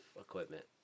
equipment